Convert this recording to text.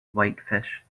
whitefish